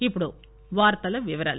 ఇప్పుడు వార్తల వివరాలు